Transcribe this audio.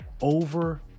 over